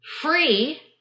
free